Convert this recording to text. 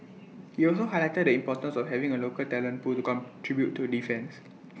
he also highlighted the importance of having A local talent pool to contribute to defence